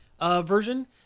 version